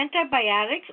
antibiotics